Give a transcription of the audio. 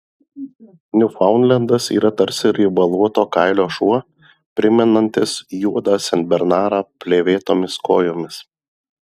niūfaundlendas yra tarsi riebaluoto kailio šuo primenantis juodą senbernarą plėvėtomis kojomis